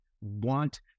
want